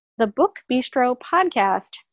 thebookbistropodcast